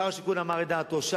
שר השיכון אמר את דעתו.